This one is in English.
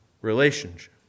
relationship